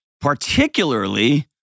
Particularly